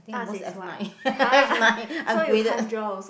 ask is what !huh! so you can't draw also